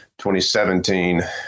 2017